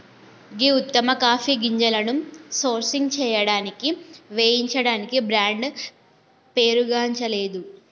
గీ ఉత్తమ కాఫీ గింజలను సోర్సింగ్ సేయడానికి వేయించడానికి బ్రాండ్ పేరుగాంచలేదు